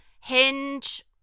Hinge